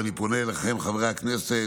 ואני פונה אליכם, חברי הכנסת: